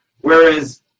whereas